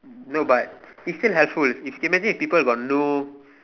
no but it's still helpful imagine people got no